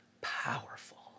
powerful